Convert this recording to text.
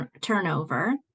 turnover